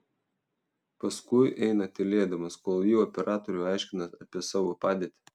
paskui eina tylėdamas kol ji operatoriui aiškina apie savo padėtį